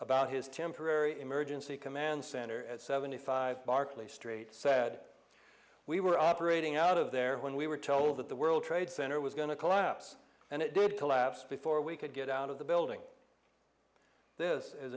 about his temporary emergency command center at seventy five barclay street said we were operating out of there when we were told that the world trade center was going to collapse and it did collapse before we could get out of the building this is